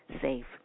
safe